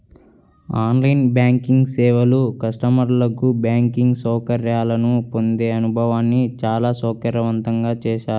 on line banking సేవలు కస్టమర్లకు banking సౌకర్యాలను పొందే అనుభవాన్ని చాలా సౌకర్యవంతంగా చేశాయి